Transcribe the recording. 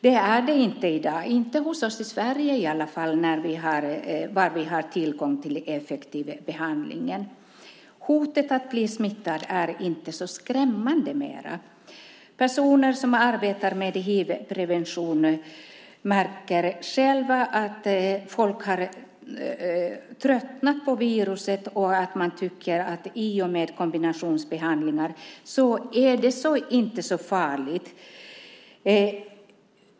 Det är det inte i dag, i alla fall inte hos oss i Sverige där vi har tillgång till effektiv behandling. Hotet att bli smittad är inte längre så skrämmande. Personer som arbetar med hivprevention märker själva att folk har tröttnat på viruset och att man tycker att det i och med kombinationsbehandlingarna inte är så farligt.